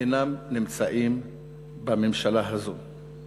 אינם נמצאים בממשלה הזאת.